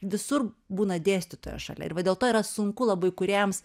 visur būna dėstytojas šalia ir va dėl to yra sunku labai kūrėjams